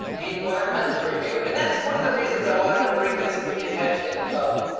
environmental review and that's one of the reasons i wanted to bring this the attention of.